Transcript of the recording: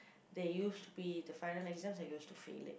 they used be the final exams I used to fail it